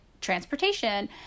transportation